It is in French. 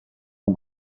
aux